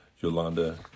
Yolanda